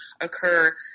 occur